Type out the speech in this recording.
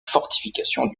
fortifications